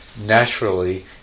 naturally